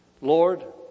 Lord